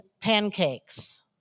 pancakes